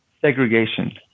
segregation